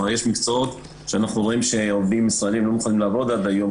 יש מקצועות שאנחנו רואים שעובדים ישראלים לא מוכנים לעבוד עד היום,